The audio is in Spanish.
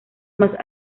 más